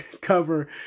cover